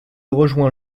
rejoint